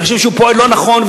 אני חושב שהוא פועל לא נכון,